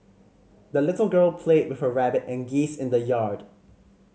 the little girl played with her rabbit and geese in the yard